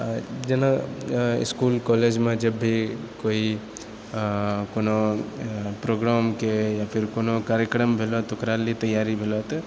जेना इसकुल कॉलेजमे जब भी कोइ कोनो प्रोग्रामके यऽ फिर कोनो कार्यक्रम भेलहुँ तऽ ओकरा लिअऽ तैयारी भेलहुँ तऽ